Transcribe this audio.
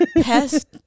pest